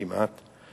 כמעט,